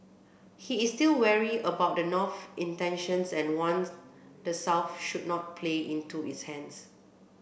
he is still wary about the North's intentions and warns the South should not play into its hands